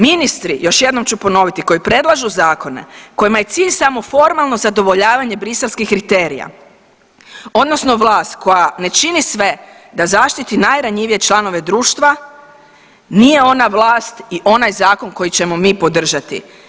Ministri još jednom ću ponoviti koji predlažu zakone kojima je cilj samo formalno zadovoljavanje Bruxellskih kriterija, odnosno vlast koja ne čini sve da zaštiti najranjivije članove društva nije ona vlast i onaj zakon koji ćemo mi podržati.